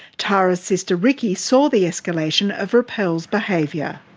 tara's sister rikki saw the escalation of rappel's behaviour.